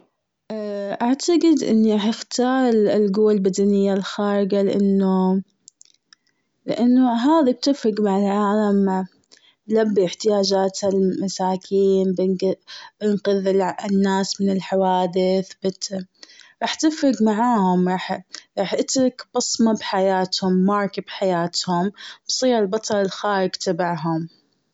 اعتقد إني حختار القوة البدنية الخارجة لأنه- لأنه هذا تفرق مع العالم تلبي احتياجات المساكين بنق- بنقذ الناس من الحوادث رح- رح تفرق معاهم رح- رح اترك بصمة بحياتهم mark بحياتهم. فبصير البطل الخارق تبعهم.